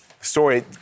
story